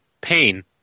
pain